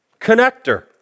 connector